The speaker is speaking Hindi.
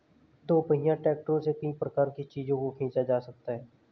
दोपहिया ट्रैक्टरों से कई प्रकार के चीजों को खींचा जा सकता है